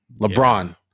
LeBron